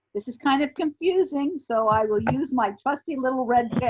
this is kind of confusing. so i will use my trusty little red pen.